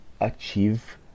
achieve